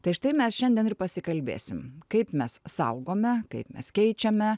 tai štai mes šiandien ir pasikalbėsim kaip mes saugome kaip mes keičiame